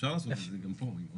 אפשר לעשות את זה גם פה, אם תרצו.